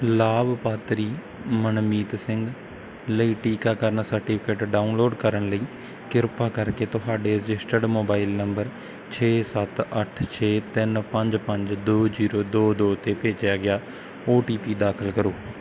ਲਾਭਪਾਤਰੀ ਮਨਮੀਤ ਸਿੰਘ ਲਈ ਟੀਕਾਕਰਨ ਸਰਟੀਫਿਕੇਟ ਡਾਊਨਲੋਡ ਕਰਨ ਲਈ ਕਿਰਪਾ ਕਰਕੇ ਤੁਹਾਡੇ ਰਜਿਸਟਰਡ ਮੋਬਾਈਲ ਨੰਬਰ ਛੇ ਸੱਤ ਅੱਠ ਛੇ ਤਿੰਨ ਪੰਜ ਪੰਜ ਦੋ ਜੀਰੋ ਦੋ ਦੋ 'ਤੇ ਭੇਜਿਆ ਗਿਆ ਓ ਟੀ ਪੀ ਦਾਖਲ ਕਰੋ